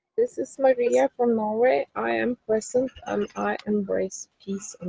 this is marie yeah from norway, i am present and i embrace peace and